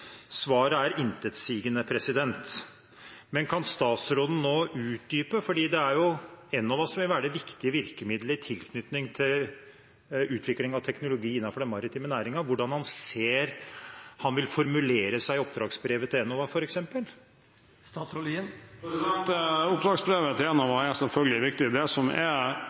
Kan statsråden utdype – for det er jo Enova som vil være det viktige virkemiddelet i tilknytning til utvikling av teknologi innenfor den maritime næringen – hvordan han ser at han vil formulere seg i oppdragsbrevet til Enova, f.eks.? Oppdragsbrevet til Enova er selvfølgelig viktig. Det